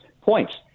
points